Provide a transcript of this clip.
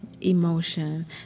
emotion